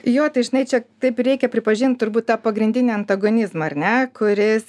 jo tai žinai čia taip reikia pripažint turbūt tą pagrindinį antagonizmą ar ne kuris